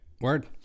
Word